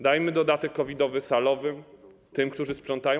Dajmy dodatek COVID-owy salowym, tym, którzy sprzątają.